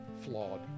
flawed